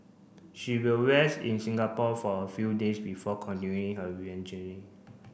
she will rest in Singapore for a few days before continuing her